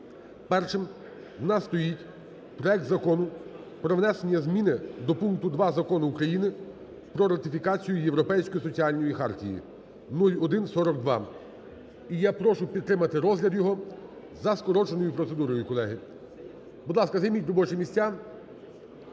Першим в нас стоїть проект Закону про внесення зміни до пункту 2 Закону України "Про ратифікацію Європейської соціальної хартії" (0142). І я прошу підтримати розгляд його за скороченою процедурою, колеги. Будь ласка, займіть робочі місця.